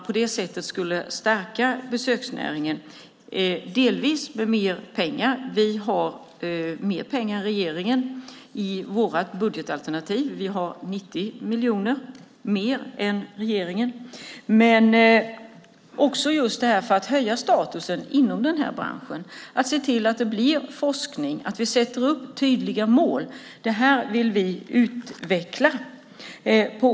På det sättet skulle man stärka besöksnäringen. Det kan delvis ske med mer pengar. Vi har mer pengar än regeringen i vårt budgetalternativ. Vi har 90 miljoner mer än regeringen. För att höja statusen inom branschen och stärka branschen, se till att det blir forskning, att tydliga mål sätts upp, vill vi se en utveckling.